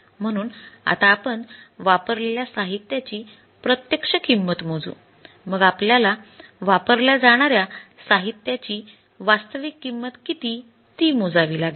म्हणून आता आपण वापरलेल्या साहित्याची प्रत्यक्ष किंमत मोजू मग वापरल्या जाणाऱ्या साहित्याची वास्तविक किंमत किती ती मोजावी लागेल